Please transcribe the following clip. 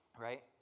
Right